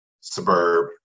suburb